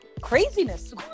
craziness